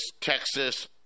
Texas